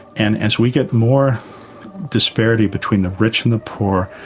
and as we get more disparity between the rich and the poor,